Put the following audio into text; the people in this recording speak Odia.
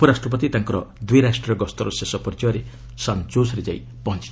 ଉପରାଷ୍ଟ୍ରପତି ତାଙ୍କ ଦ୍ୱିରାଷ୍ଟ୍ରୀୟ ଗସ୍ତର ଶେଷ ପର୍ଯ୍ୟାୟରେ ସାନ୍ ଜୋସ୍ରେ ଯାଇ ପହଞ୍ଚଥିଲେ